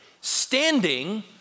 Standing